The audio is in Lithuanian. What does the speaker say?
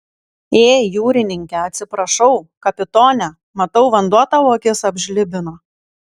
ė jūrininke atsiprašau kapitone matau vanduo tau akis apžlibino